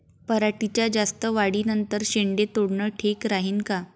पराटीच्या जास्त वाढी नंतर शेंडे तोडनं ठीक राहीन का?